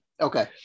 Okay